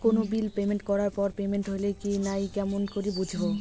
কোনো bill payment করার পর পেমেন্ট হইল কি নাই কেমন করি বুঝবো?